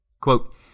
Quote